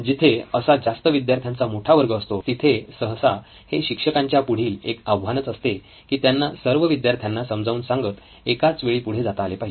जिथे असा जास्त विद्यार्थ्यांचा मोठा वर्ग असतो तिथे सहसा हे शिक्षकांना पुढील एक आव्हानच असते की त्यांना सर्व विद्यार्थ्यांना समजावून सांगत एकाच वेळी पुढे जाता आले पाहिजे